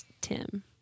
Tim